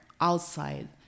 outside